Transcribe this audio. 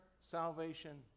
salvation